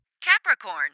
Capricorn